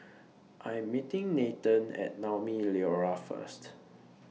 I Am meeting Nathen At Naumi Liora First